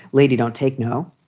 lady don't take no.